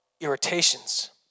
irritations